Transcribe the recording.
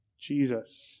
Jesus